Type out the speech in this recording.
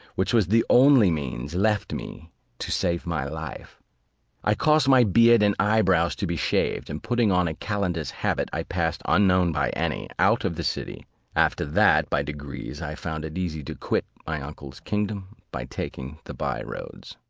which was the only means left me to save my life i caused my beard and eye-brows to be shaved, and putting on a calender's habit, i passed, unknown by any, out of the city after that, by degrees, i found it easy to quit my uncle's kingdom, by taking the bye-roads.